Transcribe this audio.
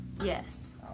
Yes